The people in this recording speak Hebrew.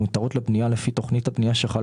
המותרות לבנייה לפי תוכנית הבנייה שחלה